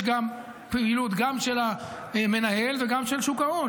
יש פעילות גם של המנהל וגם של שוק ההון